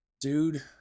Dude